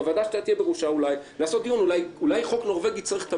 בוועדה שאתה תהיה בראשה אולי צריך לעשות דיון,